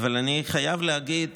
אבל אני חייב להגיד